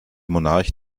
monarch